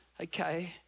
Okay